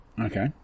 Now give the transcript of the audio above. Okay